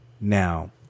now